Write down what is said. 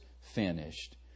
finished